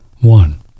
one